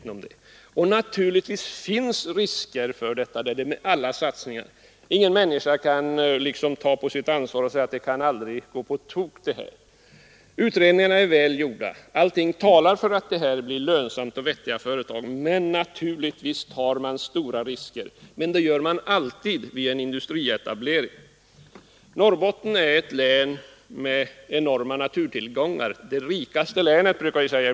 Naturligtvis innebär den risker, men så är det med alla satsningar. Ingen människa kan ta på sitt ansvar att påstå att det aldrig kan gå på tok. Utredningarna är väl gjorda. Allting talar för att det blir ett lönsamt och vettigt företag, men naturligtvis tar man stora risker — det gör man alltid vid en industrietablering. Norrbotten är ett län med enorma naturtillgångar; det rikaste länet, brukar vi säga.